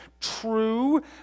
true